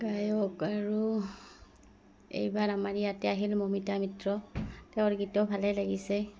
গায়ক আৰু এইবাৰ আমাৰ ইয়াতে আহিল মমিতা মিত্ৰ তেওঁৰ গীতো ভালেই লাগিছে